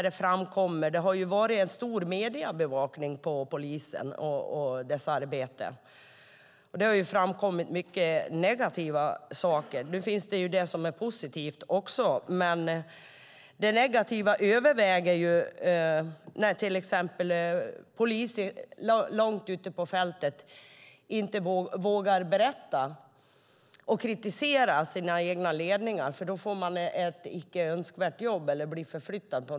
Det har varit en stor mediebevakning av polisen och deras arbete. Det har framkommit många negativa saker. Det finns också positiva saker, men det negativa överväger. Poliser långt ute på fältet vågar till exempel inte berätta och kritisera sina egna ledningar eftersom de då får ett icke önskvärt jobb eller blir förflyttade.